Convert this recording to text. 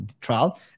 trial